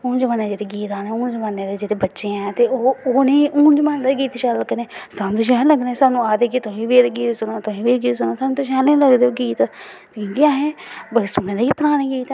हून जमानै दे जेह्ड़े गीत ऐं हून जमानै दे जेह्ड़े बच्चे ऐं ओह् उनेंगी हून जमानै दे गै गीत शैल लग्गने ते सानूं निं शैल लग्गने सानूं एह् आक्खदे कि तुस एह् सुनो गीत ते असें सुनें दे गै पराने गीत